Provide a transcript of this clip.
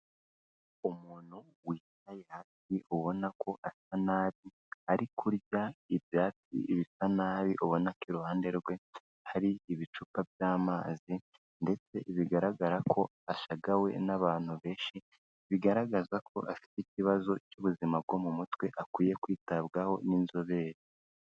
Umuntu wicaye hafi ubona ko asa nabi, ari kurya ibyatsi bisa nabi, ubona ko iruhande rwe hari ibicupa by'amazi ndetse bigaragara ko ashagawe n'abantu benshi, bigaragaza ko afite ikibazo cy'ubuzima bwo mu mutwe akwiye kwitabwaho n'inzobere.